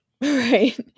right